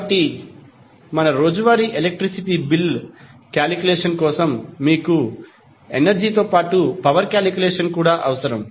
కాబట్టి మన రోజువారీ ఎలక్ట్రిసిటీ బిల్లు కాలిక్యులేషన్ కోసం మీకు ఎనర్జీ తో పాటు పవర్ కాలిక్యులేషన్ కూడా అవసరం